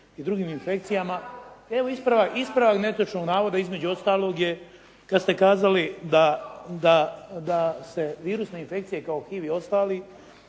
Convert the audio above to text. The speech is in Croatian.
se ne čuje./... Evo ispravak netočnog navoda između ostalog je kad ste kazali da se virusne infekcije kao HIV i ostali